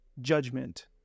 judgment